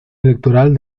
electoral